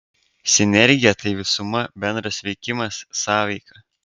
sinergija tai visuma bendras veikimas sąveika